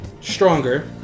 Stronger